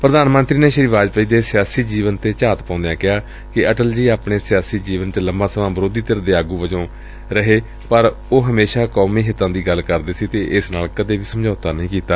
ਪ੍ਰਧਾਨ ਮੰਤਰੀ ਨੇ ਸ੍ਰੀ ਵਾਜਪੇਈ ਦੇ ਸਿਆਸੀ ਜੀਵਨ ਤੇ ਝਾਤ ਪਾਉਦਿਆਂ ਕਿਹਾ ਕਿ ਅਟਲ ਜੀ ਨੇ ਆਪਣੇ ਸਿਆਸੀ ਜੀਵਨ ਦਾ ਲੰਮਾ ਸਮਾਂ ਵਿਰੋਧੀ ਧਿਰ ਦੇ ਆਗੂ ਵਜੋਂ ਬਿਤਾਇਆ ਪਰ ਉਹ ਹਮੇਸ਼ਾ ਕੌਮੀ ਹਿੱਤਾਂ ਦੀ ਗੱਲ ਕਰਦੇ ਸਨ ਅਤੇ ਇਨਾਂ ਨਾਲ ਕਦੀ ਸਮਝੌਤਾ ਨਹੀਂ ਕੀਤਾ